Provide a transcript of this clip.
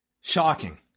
Shocking